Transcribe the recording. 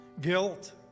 guilt